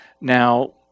Now